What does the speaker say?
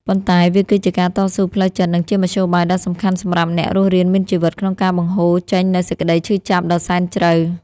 ប៉ុន្តែវាគឺជាការតស៊ូផ្លូវចិត្ត និងជាមធ្យោបាយដ៏សំខាន់សម្រាប់អ្នករស់រានមានជីវិតក្នុងការបង្ហូរចេញនូវសេចក្តីឈឺចាប់ដ៏សែនជ្រៅ។